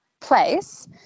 place